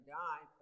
die